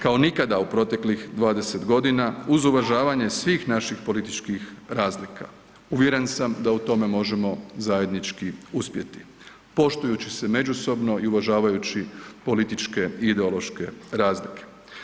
Kao nikada u proteklih 20 godina uz uvažanje svih naših političkih razlika, uvjeren sam da u tome možemo zajednički uspjeti, poštujući se međusobno i uvažavajući političke i ideološke razlike.